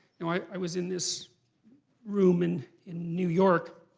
you know i was in this room and in new york,